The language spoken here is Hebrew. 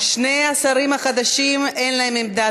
איציק שמולי, עמר